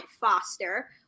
Foster